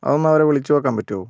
അതൊന്നവരെ വിളിച്ച് നോക്കാൻ പറ്റുമോ